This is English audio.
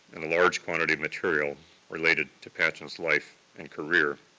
and a large quantity of material related to patchen's life and career.